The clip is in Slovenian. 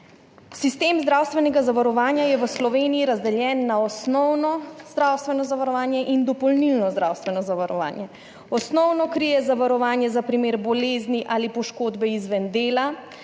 Sistem zdravstvenega zavarovanja je v Sloveniji razdeljen na osnovno zdravstveno zavarovanje in dopolnilno zdravstveno zavarovanje. Osnovno krije zavarovanje za primer bolezni ali poškodbe izven dela,